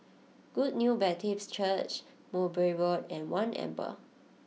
Good News Baptist Church Mowbray Road and One Amber